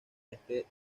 este